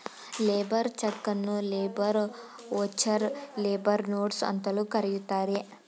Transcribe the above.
labour ಚಕನ್ನು labour voucher, labour notes ಅಂತಲೂ ಕರೆಯುತ್ತಾರೆ